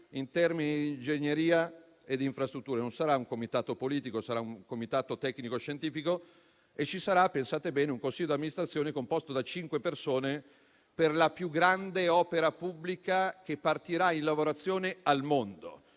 in termini di ingegneria e infrastrutture. Non sarà un comitato politico, ma sarà un comitato tecnico-scientifico. Ci sarà - pensate bene - un consiglio di amministrazione composto da cinque persone, per la più grande opera pubblica che partirà in lavorazione al mondo.